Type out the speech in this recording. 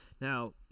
now